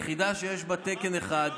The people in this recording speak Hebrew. יחידה שיש בה תקן אחד,